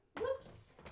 Whoops